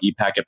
ePacket